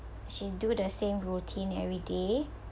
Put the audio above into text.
she do the same routine every day